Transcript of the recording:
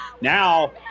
Now